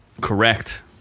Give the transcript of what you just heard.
Correct